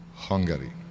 Hungary